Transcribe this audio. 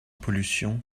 pollution